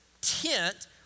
tent